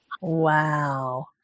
Wow